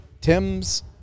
Tim's